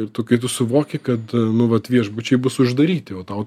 ir tu kai tu suvoki kad nu vat viešbučiai bus uždaryti o tau